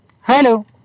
hello